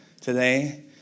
today